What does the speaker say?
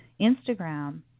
Instagram